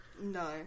No